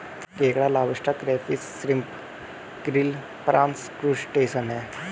केकड़ा lobster crayfish shrimp krill prawns crustacean है